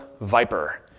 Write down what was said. Viper